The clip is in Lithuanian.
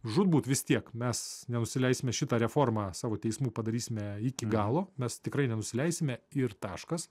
žūtbūt vis tiek mes nenusileisime šitą reformą savo teismų padarysime iki galo mes tikrai nenusileisime ir taškas